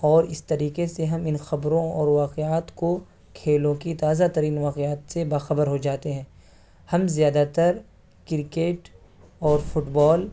اور اس طریقے سے ہم ان خبروں اور واقعات کو کھیلوں کی تازہ ترین واقعات سے با خبر ہو جاتے ہیں ہم زیادہ تر کرکٹ اور فٹ بال